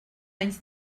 anys